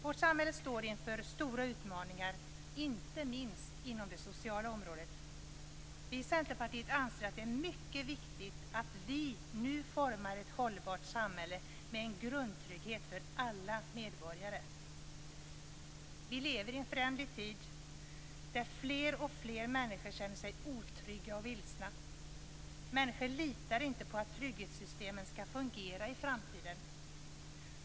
Vårt samhälle står inför stora utmaningar, inte minst inom det sociala området. Vi i Centerpartiet anser att det är mycket viktigt att vi nu formar ett hållbart samhälle med en grundtrygghet för alla medborgare. Vi lever i en föränderlig tid där fler och fler människor känner sig otrygga och vilsna. Människor litar inte på att trygghetssystemen skall fungera i framtiden.